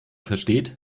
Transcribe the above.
versteht